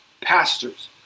pastors